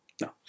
No